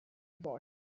bought